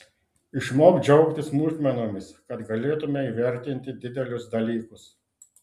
išmok džiaugtis smulkmenomis kad galėtumei įvertinti didelius dalykus